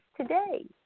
today